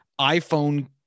iPhone